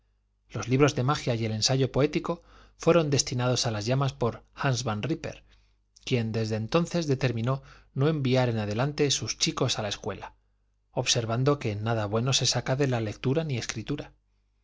los libros de magia y el ensayo poético fueron destinados a las llamas por hans van rípper quien desde entonces determinó no enviar en adelante sus chicos a la escuela observando que nada bueno se saca de la lectura ni escritura